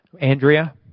Andrea